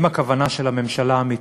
אם הכוונה של הממשלה אמיתית,